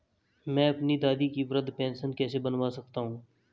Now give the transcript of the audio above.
मैं अपनी दादी की वृद्ध पेंशन कैसे बनवा सकता हूँ?